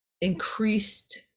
increased